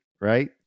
right